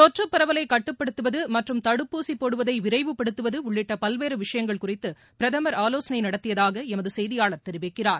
தொற்றுப்பரவலைகட்டுப்படுத்துவது மற்றும் தடுப்பூசிபோடுவதைவிரைவுப்படுத்துவதுஉள்ளிட்டபல்வேறுவிஷயங்கள் குறித்துபிரதமர் ஆலோசனைநடத்தியதாகஎமதுசெய்தியாளர் தெரிவிக்கிறார்